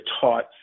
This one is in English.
taught